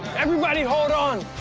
everybody hold on!